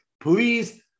Please